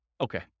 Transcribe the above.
Okay